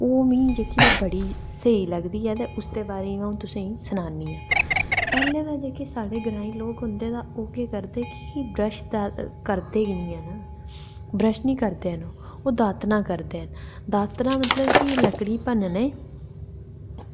ओह् तां मिगी जेह्की बड़ी स्हेई लगदी ऐ ते एह्दे बारै ई अ'ऊं तुसेंगी सनान्नी आं पैह्लें ते साढ़े जेह्के ग्राईं लोक होंदे ओह् केह् करदे कि ब्रश तां करदे निं हैन ब्रश निं करदे न ओह् ओह् दातना करदे न दातना मतलब कि लकड़ी भन्नने ई